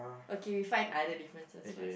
okay we find other differences first